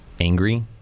angry